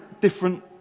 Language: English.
different